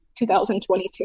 2022